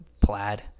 Plaid